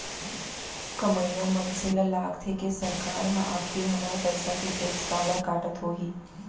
कमइया मनसे ल लागथे के सरकार ह आखिर हमर पइसा के टेक्स काबर काटत होही